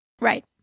Right